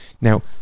Now